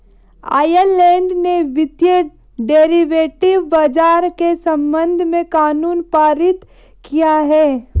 Ireland ने वित्तीय derivative बाजार के संबंध में कानून पारित किया है